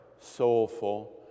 soulful